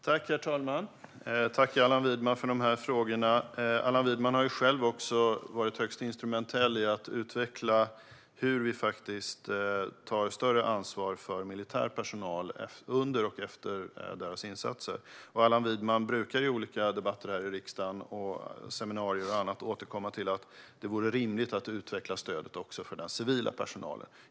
Herr talman! Tack till Allan Widman för frågorna! Allan Widman har själv varit högst instrumentell i att utveckla hur vi faktiskt tar större ansvar för militär personal under och efter deras insatser och brukar i olika debatter här i riksdagen, på seminarier och annat återkomma till att det vore rimligt att utveckla stödet också för den civila personalen.